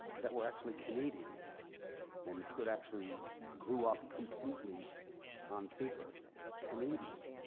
that were actually canadian and could actually grew up completely on paper canadian.